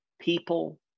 people